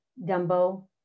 Dumbo